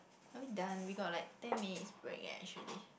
are we done we got like ten minutes break leh actually